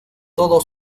todo